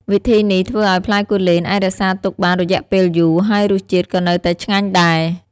វិធីនេះធ្វើឲ្យផ្លែគូលែនអាចរក្សាទុកបានរយៈពេលយូរ ហើយរសជាតិក៏នៅតែឆ្ងាញ់ដែរ។